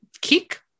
kick